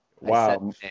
Wow